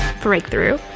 breakthrough